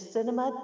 Cinema